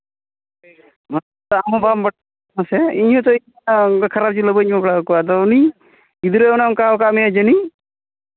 ᱟᱢ ᱦᱚᱸ ᱵᱟᱢ ᱵᱟᱰᱟᱭᱟ ᱯᱟᱥᱮᱡ ᱤᱧᱦᱚᱸ ᱥᱮ ᱚᱱᱠᱟ ᱠᱷᱟᱨᱟᱯ ᱡᱤᱞ ᱦᱚᱸ ᱵᱟᱹᱧ ᱮᱢᱟ ᱠᱟᱫ ᱠᱚᱣᱟ ᱟᱫᱚ ᱩᱱᱤ ᱜᱤᱫᱽᱨᱟᱹ ᱚᱱᱮ ᱚᱱᱠᱟ ᱠᱟᱜ ᱢᱮᱭᱟᱭ ᱡᱟᱹᱱᱤᱡ